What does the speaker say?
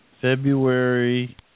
February